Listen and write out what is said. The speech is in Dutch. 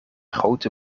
grote